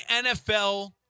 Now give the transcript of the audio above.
NFL